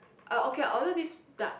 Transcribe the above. ah okay I order this duck